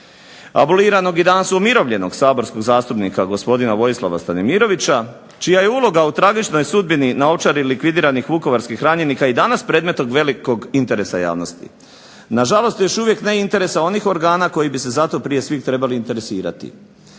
aboliranog i danas umirovljenog saborskog zastupnika gospodina Vojislava Stanimirovića, čija je uloga u tragičnoj sudbini na Ovčari likvidiranih vukovarskih ranjenika i danas predmet od velikog interesa javnosti. Na žalost još uvijek ne interesa onih organa koji bi se za to prije svih trebali interesirati.